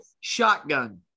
Shotgun